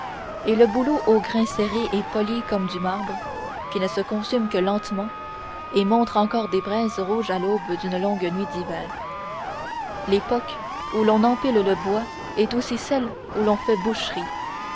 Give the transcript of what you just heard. et le bouleau au grain serré et poli comme du marbre qui ne se consume que lentement et montre encore des braises rouges à l'aube d'une longue nuit d'hiver l'époque où l'on empile le bois est aussi celle où l'on fait boucherie